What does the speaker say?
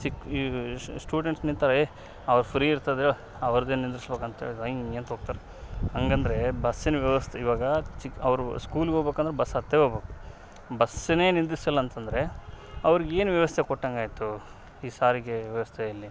ಈ ಚಿಕ್ಕ ಸ್ಟೂಡೆಂಟ್ಸ್ ನಿಂತಾವ ಏ ಅವ್ರು ಫ್ರೀ ಇರ್ತದೇಳು ಅವ್ರದು ಏನೂ ನಿಂದ್ರಸಬೇಕು ಅಂಥೇಳಿ ರೋಂಯ್ ಅಂತ ಹೋಗ್ತಾರೆ ಹೆಂಗಂದ್ರೆ ಬಸ್ಸಿನ ವ್ಯವಸ್ಥೆ ಇವಾಗ ಚಿಕ್ಕ ಅವರು ಸ್ಕೂಲಿಗೋಗ್ಬೇಕು ಅಂದ್ರೆ ಬಸ್ಸ್ ಹತ್ತೇ ಹೋಗಬೇಕು ಬಸ್ನೇ ನಿಂದ್ರಿಸಿಲ್ಲ ಅಂತಂದ್ರೆ ಅವ್ರಿಗೆ ಏನು ವ್ಯವಸ್ಥೆ ಕೊಟ್ಟಂಗಾಯ್ತು ಈ ಸಾರಿಗೆ ವ್ಯವಸ್ಥೆಯಲ್ಲಿ